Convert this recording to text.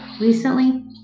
recently